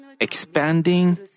expanding